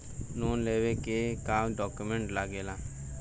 Loan लेवे के का डॉक्यूमेंट लागेला?